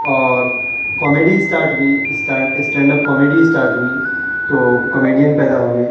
اور comedy start ہوئی stand stand up comedy start ہوئی تو کامیڈین پیدا ہوئے